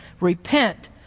repent